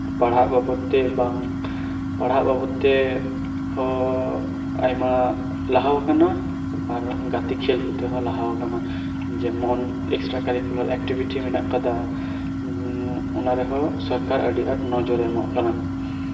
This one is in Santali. ᱯᱟᱲᱦᱟᱜ ᱵᱟᱵᱚᱛ ᱛᱮ ᱦᱚᱸ ᱟᱭᱢᱟ ᱞᱟᱦᱟ ᱠᱟᱱᱟ ᱟᱨ ᱜᱟᱛᱮ ᱠᱷᱮᱞ ᱠᱚᱛᱮ ᱠᱚ ᱠᱚ ᱞᱟᱦᱟᱣ ᱠᱟᱱᱟ ᱡᱮᱢᱚᱱ ᱮᱠᱥᱴᱮᱨᱟ ᱠᱟᱨᱤᱠᱩᱞᱟᱨ ᱮᱠᱴᱤᱵᱷᱤᱴᱤ ᱢᱮᱱᱟᱜ ᱠᱟᱫᱟ ᱚᱱᱟᱨᱮᱦᱚᱸ ᱥᱚᱨᱠᱟᱨ ᱟᱹᱰᱤ ᱱᱚᱡᱚᱨ ᱮ ᱮᱢᱟᱜ ᱠᱟᱱᱟ